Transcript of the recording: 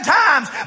times